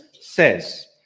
says